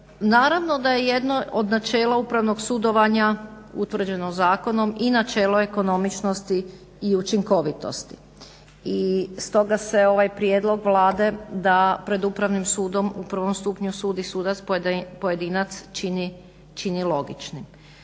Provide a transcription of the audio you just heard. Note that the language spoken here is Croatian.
Naravno da je jedno od načela upravnog sudovanja utvrđeno zakonom i načelo ekonomičnosti i učinkovitosti. I stoga se ovaj prijedlog Vlade da pred Upravnim sudom u prvom stupnju sudi sudac pojedinac čini logičnim.